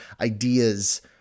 ideas